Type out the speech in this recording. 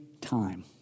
time